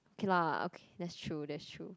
okay lah that's true that's true